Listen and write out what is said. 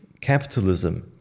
capitalism